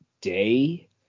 day